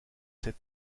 cet